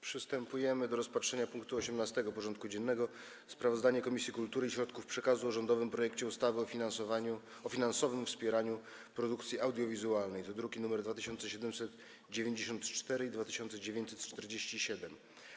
Przystępujemy do rozpatrzenia punktu 18. porządku dziennego: Sprawozdanie Komisji Kultury i Środków Przekazu o rządowym projekcie ustawy o finansowym wspieraniu produkcji audiowizualnej (druki nr 2794 i 2947)